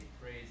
praise